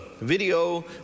video